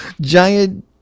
giant